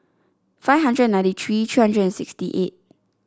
five hundred and ninety three three hundred and sixty eight